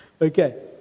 Okay